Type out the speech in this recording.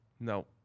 No